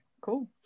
cool